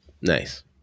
Nice